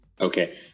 Okay